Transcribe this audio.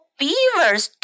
beavers